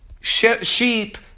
sheep